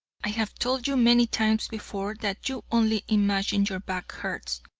i have told you many times before that you only imagine your back hurts.